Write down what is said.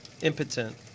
Impotent